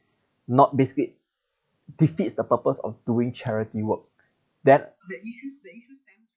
not basically defeats the purpose of doing charity work that